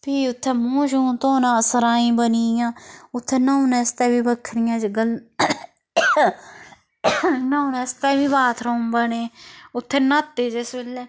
फ्ही उत्थें मूंह् शूंह् धोना सराईं बनी दियां उत्थें न्हौने आस्तै बक्खरियां न्हौने आस्तै बी बाथरूम बने दे उत्थें न्हाते जिस बेल्लै